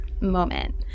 moment